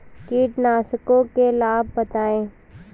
कीटनाशकों के लाभ बताएँ?